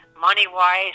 money-wise